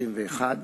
171),